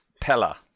Pella